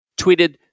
tweeted